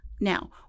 Now